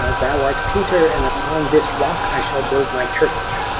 ah thou art peter, and upon this rock i shall build my church.